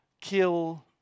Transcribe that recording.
kill